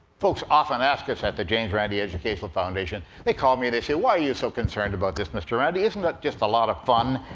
folks often ask us at the james randi educational foundation, they call me, they say, why are you so concerned about this, mr. randi? isn't it just a lot of fun?